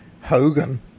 Hogan